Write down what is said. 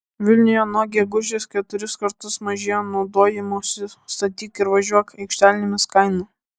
vilniuje nuo gegužės keturis kartus mažėja naudojimosi statyk ir važiuok aikštelėmis kaina